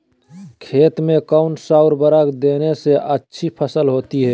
खेत में कौन सा उर्वरक देने से अच्छी फसल होती है?